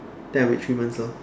then I wait three months lor